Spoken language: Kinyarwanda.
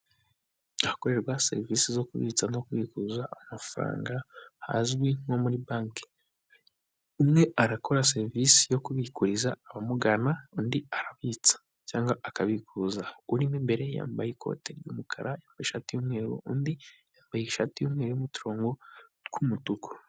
Ahakorerwa serivisi zo kubitsa no kubikuza amafaranga hazwi nko muri banke. Umwe arakora serivisi yo kubikuriza abamugana, undi arabitsa cyangwa akabikuza. Urimo imbere yambaye ikote ry'umukara, ishati y'umweru, undi yambaye ishati y'umweru irimo uturongo tw'umutuku.